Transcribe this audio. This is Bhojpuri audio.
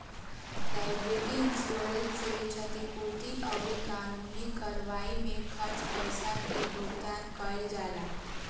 लायबिलिटी इंश्योरेंस से क्षतिपूर्ति अउरी कानूनी कार्यवाई में खर्च पईसा के भुगतान कईल जाला